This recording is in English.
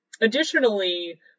additionally